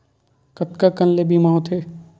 कतका कन ले बीमा होथे?